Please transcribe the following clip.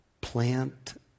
plant